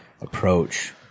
approach